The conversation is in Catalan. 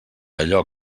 allò